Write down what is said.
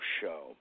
show